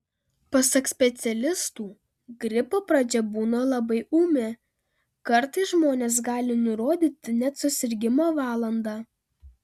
pasak specialistų gripo pradžia būna labai ūmi kartais žmonės gali nurodyti net susirgimo valandą